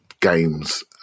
Games